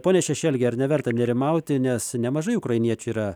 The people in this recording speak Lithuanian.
pone šešelgi ar neverta nerimauti nes nemažai ukrainiečių yra